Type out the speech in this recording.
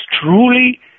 truly